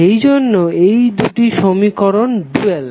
সেই জন্য এই দুটি সমীকরণ ডুয়াল